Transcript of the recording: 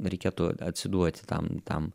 reikėtų atsiduoti tam tam